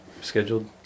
scheduled